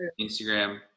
instagram